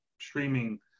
streaming